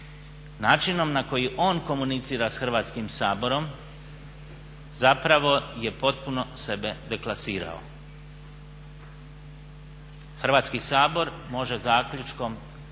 Načinom na koji on komunicira s Hrvatskim saborom zapravo je potpuno sebe deklasirao. Hrvatski sabor može zaključkom odrediti